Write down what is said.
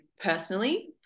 personally